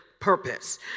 Purpose